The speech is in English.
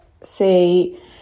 say